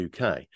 UK